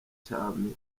cyami